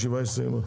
הישיבה נעולה.